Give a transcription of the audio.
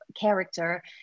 character